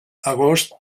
agost